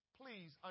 please